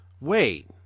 Wait